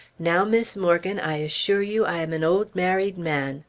now, miss morgan, i assure you i am an old married man!